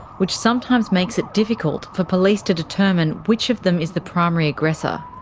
which sometimes makes it difficult for police to determine which of them is the primary aggressor.